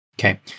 Okay